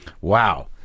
Wow